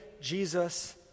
Jesus